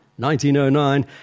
1909